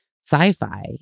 sci-fi